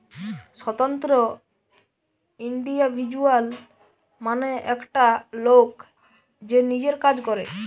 স্বতন্ত্র ইন্ডিভিজুয়াল মানে একটা লোক যে নিজের কাজ করে